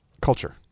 culture